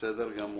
בסדר גמור.